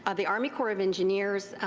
ah the army corps of engineers,